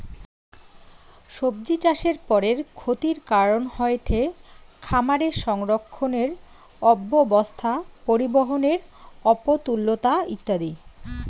সব্জিচাষের পরের ক্ষতির কারন হয়ঠে খামারে সংরক্ষণের অব্যবস্থা, পরিবহনের অপ্রতুলতা ইত্যাদি